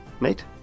Mate